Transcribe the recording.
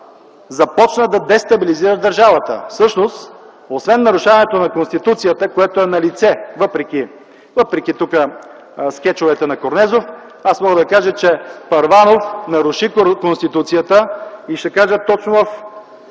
започна да дестабилизира държавата. Всъщност освен нарушаването на Конституцията, което е налице, въпреки скечовете на Корнезов, то аз мога да кажа, че Първанов наруши Конституцията. Ще кажа точно